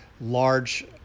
large